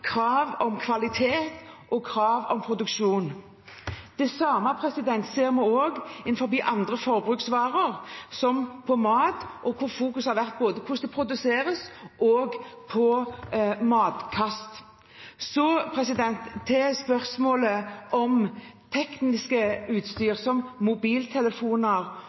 krav til kvalitet og krav til produksjon. Det samme ser vi også innenfor andre forbruksvarer, slik som mat, hvor fokuset har vært både på hvordan maten produseres, og på kasting av mat. Så til spørsmålet om teknisk utstyr, som f.eks. mobiltelefoner